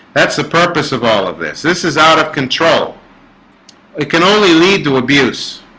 that's the purpose of all of this? this is out of control it can only lead to abuse